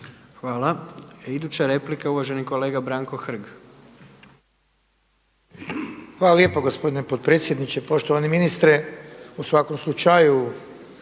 Hvala. Iduća replika je uvaženi kolega Branko Hrg. **Hrg, Branko (HDS)** Hvala lijepo gospodine potpredsjedniče, poštovani ministre. U svakom slučaju